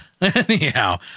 Anyhow